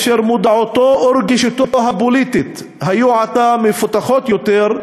אשר מודעותו ורגישותו הפוליטיות היו עתה מפותחות יותר,